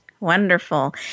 Wonderful